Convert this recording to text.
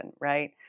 right